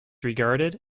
regarded